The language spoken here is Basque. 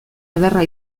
ederra